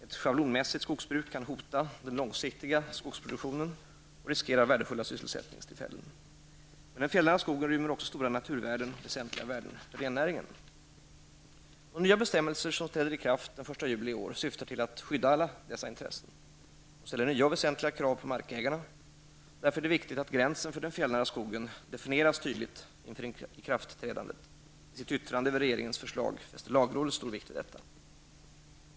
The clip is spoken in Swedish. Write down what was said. Ett schablonmässigt skogsbruk kan hota den långsiktiga skogsproduktionen och därmed riskera värdefulla sysselsättningstillfällen. Men den fjällnära skogen rymmer också naturvärden och väsentliga värden för rennäringen. De nya bestämmelser som träder i kraft den 1 juli i år syftar till att skydda alla dessa intressen. De ställer nya och väsentliga krav på markägarna. Därför är det viktigt att gränsen för den fjällnära skogen definieras tydligt inför ikraftträdandet. I sitt yttrande över regeringens förslag fäste lagrådet stor vikt vid detta.